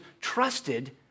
trusted